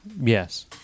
Yes